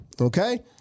okay